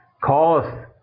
cause